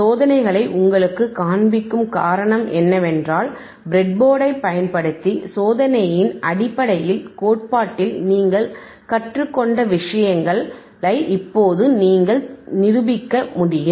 சோதனைகளை உங்களுக்குக் காண்பிக்கும் காரணம் என்னவென்றால் ப்ரெட்போர்டைப் பயன்படுத்தி சோதனையின் அடிப்படையில் கோட்பாட்டில் நீங்கள் கற்றுக்கொண்ட விஷயங்களை இப்போது நீங்கள் நிரூபிக்க முடியும்